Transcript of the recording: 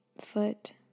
foot